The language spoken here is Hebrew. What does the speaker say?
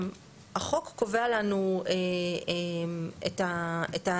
סכום האגרה הבסיסי, החוק קובע לנו את העקרונות.